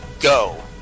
go